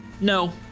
No